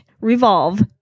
Revolve